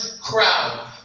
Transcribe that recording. crowd